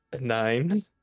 Nine